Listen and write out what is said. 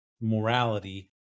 morality